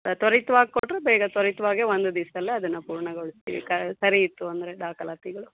ತ್ವರಿತ್ವಾಗಿ ಕೊಟ್ಟರು ಬೇಗ ತ್ವರಿತವಾಗೇ ಒಂದು ದಿವಸ್ದಲ್ಲೇ ಅದನ್ನು ಪೂರ್ಣಗೊಳಿಸ್ತೀವಿ ಕ ಸರಿ ಇತ್ತು ಅಂದರೆ ದಾಖಲಾತಿಗಳು